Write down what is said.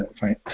fine